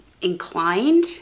inclined